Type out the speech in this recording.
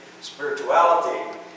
spirituality